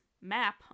map